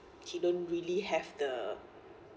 he don't really have the